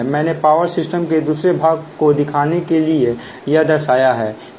मैंने power system के दूसरे भाग को दिखाने के लिए यह दर्शाया है